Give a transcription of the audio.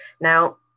now